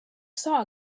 saw